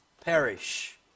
perish